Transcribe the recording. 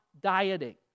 dieting